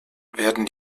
werden